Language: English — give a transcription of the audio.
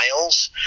miles